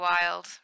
wild